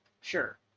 Sure